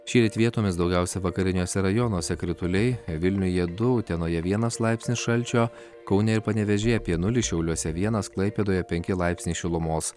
šįryt vietomis daugiausiai vakariniuose rajonuose krituliai vilniuje du utenoje vienas laipsnis šalčio kaune ir panevėžyje apie nulį šiauliuose vienas klaipėdoje penki laipsniai šilumos